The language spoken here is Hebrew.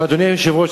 אדוני היושב-ראש,